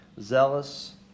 zealous